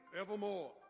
evermore